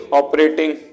operating